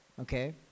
okay